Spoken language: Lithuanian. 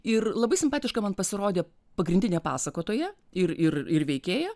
ir labai simpatiška man pasirodė pagrindinė pasakotoja ir ir ir veikėja